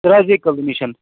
رزیٚے کٔدٕلہٕ نِش